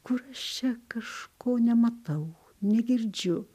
kur aš čia kažko nematau negirdžiu